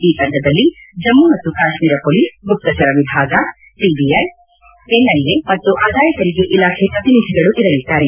ಈ ತಂಡದಲ್ಲಿ ಜಮ್ನು ಮತ್ತು ಕಾಶ್ನೀರ ಪೊಲೀಸ್ ಗುಪ್ತಚರ ವಿಭಾಗ ಸಿಬಿಐ ಎನ್ಐಎ ಮತ್ತು ಆದಾಯ ತೆರಿಗೆ ಇಲಾಖೆ ಪ್ರತಿನಿಧಿಗಳು ಇರಲಿದ್ದಾರೆ